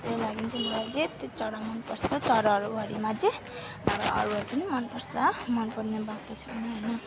त्यही लागि चाहिँ मलाई चाहिँ त्यो चरा मनपर्छ चराहरूभरिमा चाहिँ त्यहाँबाट अरूहरू पनि मनपर्छ मनपर्ने बात त छैन होइन